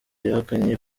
yahakanye